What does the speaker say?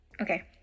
Okay